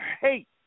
hate